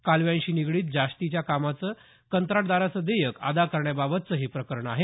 कालव्यांशी निगडीत जास्तीच्या कामांचं कंत्राटदाराचं देयक अदा करण्याबाबतचं हे प्रकरण आहे